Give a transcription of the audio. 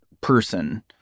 person